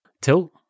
Tilt